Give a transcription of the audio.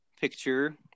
picture